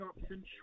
option